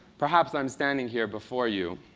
perhaps, i'm standing here before you